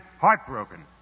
heartbroken